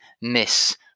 miss